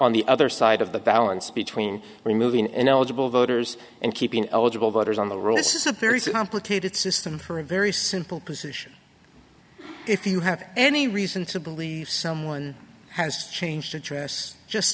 on the other side of the balance between removing an eligible voters and keeping eligible voters on the roll this is a very complicated system for a very simple position if you have any reason to believe someone has changed address just